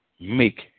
make